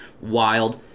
wild